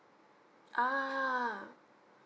ah